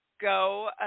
Go